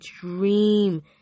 dream